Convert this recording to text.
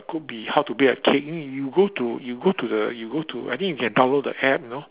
go be how to bake a cake you go to you go to the you go to I think you can download the app you know